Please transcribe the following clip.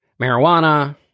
marijuana